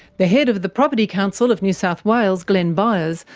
the head of the property council of new south wales, glenn byers,